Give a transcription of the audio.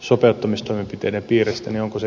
ei ole aivan oikein